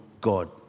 God